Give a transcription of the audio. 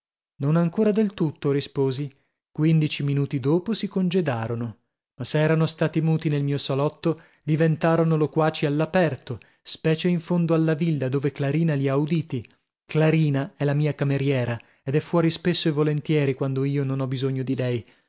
non ancora del tutto risposi quindici minuti dopo si congedarono ma se erano stati muti nel mio salotto diventarono loquaci all'aperto specie in fondo alla villa dove clarina li ha uditi clarina è la mia cameriera ed è fuori spesso e volentieri quando io non ho bisogno di lei